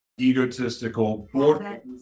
egotistical